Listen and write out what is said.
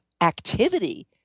activity